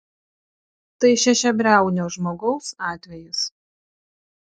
tai šešiabriaunio žmogaus atvejis